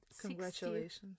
Congratulations